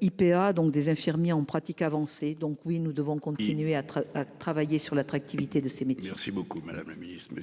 IPA donc des infirmiers en pratique avancée, donc oui nous devons continuer à travailler sur l'attractivité de ces métiers. Si beaucoup madame la Ministre,